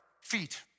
feet